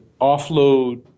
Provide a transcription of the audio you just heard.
offload